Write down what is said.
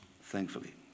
thankfully